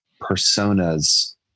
personas